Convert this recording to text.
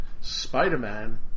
Spider-Man